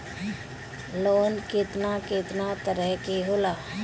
Loan केतना केतना तरह के होला?